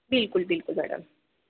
बिलकुल बिलकुल मॅडम